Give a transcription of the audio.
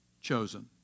chosen